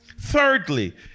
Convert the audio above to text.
Thirdly